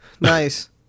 nice